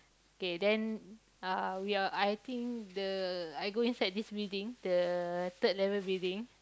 K then uh we are I think the I go inside this building the third level building